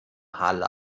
halle